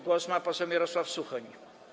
Głos ma poseł Mirosław Suchoń.